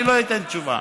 אני לא אתן תשובה,